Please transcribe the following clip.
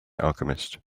alchemist